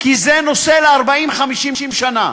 כי זה נושא ל-50-40 שנה,